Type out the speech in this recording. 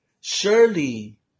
surely